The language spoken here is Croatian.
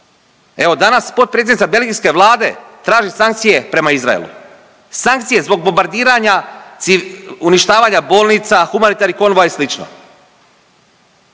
Evo, danas potpredsjednica belgijske vlade traži sankcije prema Izraelu. Sankcije zbog bombardiranja .../nerazumljivo/... uništavanja bolnica, humanitarnih konvoja i